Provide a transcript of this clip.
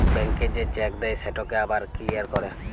ব্যাংকে যে চ্যাক দেই সেটকে আবার কিলিয়ার ক্যরে